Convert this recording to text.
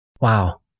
Wow